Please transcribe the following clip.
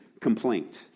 complaint